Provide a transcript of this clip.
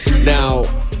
Now